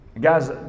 Guys